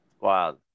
Wow